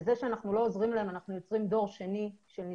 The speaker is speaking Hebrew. איך עושים את